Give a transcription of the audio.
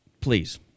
please